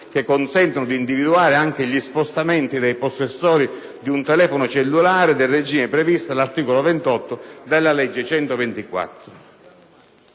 che consentono di individuare anche gli spostamenti del possessore di un telefono cellulare, del regime previsto all'articolo 28 della legge n.